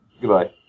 Goodbye